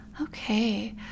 Okay